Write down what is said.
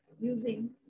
using